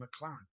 McLaren